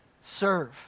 serve